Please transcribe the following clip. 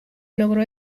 logró